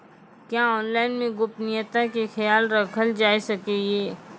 क्या ऑनलाइन मे गोपनियता के खयाल राखल जाय सकै ये?